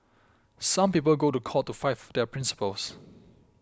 some people go to court to fight for their principles